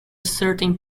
certain